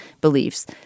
beliefs